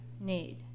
need